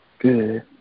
good